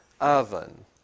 oven